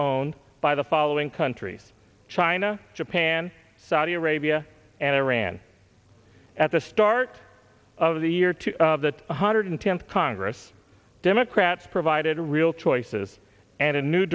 owned by the following countries china japan saudi arabia and iran at the start of the year to the one hundred tenth congress democrats provided real choices and a new